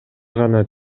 гана